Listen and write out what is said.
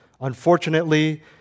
Unfortunately